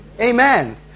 Amen